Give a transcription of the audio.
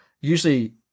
usually